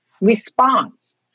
response